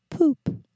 Poop